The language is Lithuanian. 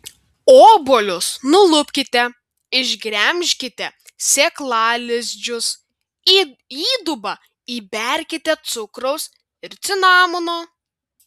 obuolius nulupkite išgremžkite sėklalizdžius į įdubą įberkite cukraus ir cinamono